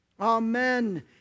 Amen